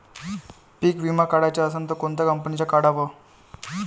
पीक विमा काढाचा असन त कोनत्या कंपनीचा काढाव?